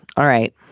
all right.